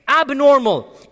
abnormal